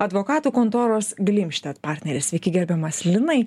advokatų kontoros glimstedt partneris sveiki gerbiamas linai